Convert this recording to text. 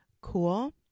Cool